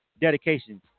Dedication